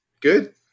Good